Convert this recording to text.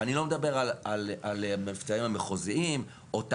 אני לא מדבר על המבצעים המחוזיים, או תחנה,